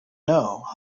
know